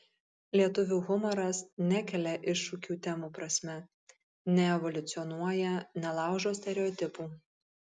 lietuvių humoras nekelia iššūkių temų prasme neevoliucionuoja nelaužo stereotipų